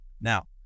now